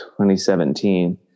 2017